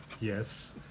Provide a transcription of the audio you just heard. Yes